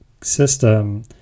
system